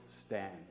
stand